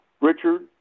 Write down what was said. Richard